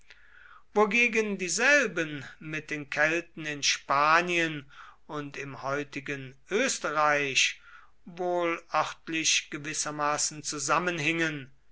wogegen dieselben mit den kelten in spanien und im heutigen österreich wohl örtlich gewissermaßen zusammenhingen